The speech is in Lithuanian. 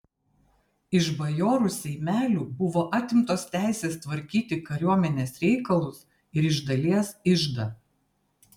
iš bajorų seimelių buvo atimtos teisės tvarkyti kariuomenės reikalus ir iš dalies iždą